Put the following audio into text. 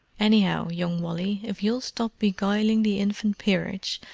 anyhow, young wally, if you'll stop beguiling the infant peerage,